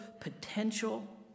potential